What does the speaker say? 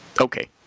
Okay